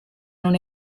non